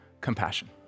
compassion